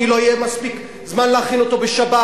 כי לא יהיה מספיק זמן להכין אותו בשבת.